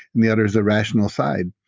and the other is the rational side.